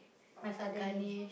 my father name